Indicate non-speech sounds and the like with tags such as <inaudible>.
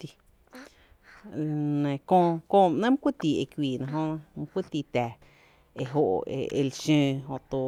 <noise> <hesitation> Nɇ kö, <hesitation> köö ba ‘néé’ my kuyy tii e kuiina jö, mý kuy tii tⱥⱥ e jö e lo xǿǿ, jöto